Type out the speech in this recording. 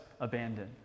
abandoned